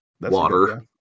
water